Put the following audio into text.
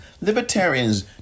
Libertarians